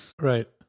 right